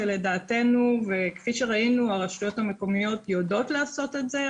ולדעתנו וכפי שראינו הרשויות המקומיות יודעות לעשות את זה,